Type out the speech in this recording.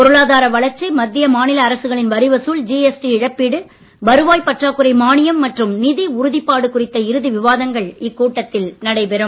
பொருளாதார வளர்ச்சி மத்திய மாநில அரசுகளின் வரி வசூல் ஜிஎஸ்டி இழப்பீடு வருவாய்ப் பற்றாக்குறை மானியம் மற்றும் நிதி உறுதிப்பாடு குறித்து இறுதி விவாதங்கள் இக்கூட்டத்தில் இடம் பெறும்